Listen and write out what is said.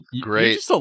great